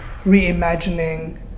reimagining